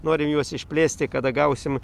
norim juos išplėsti kada gausim